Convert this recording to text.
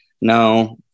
no